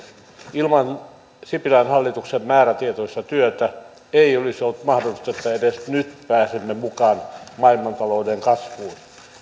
ilman sipilän hallituksen määrätietoista työtä ei olisi ollut mahdollista että edes nyt pääsemme mukaan maailmantalouden kasvuun